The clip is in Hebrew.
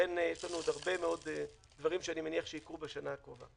ולכן יש לנו עוד הרבה מאוד דברים שאני מניח שהם יקרו בשנה הקרובה.